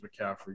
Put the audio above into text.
McCaffrey